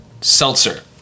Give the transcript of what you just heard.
seltzer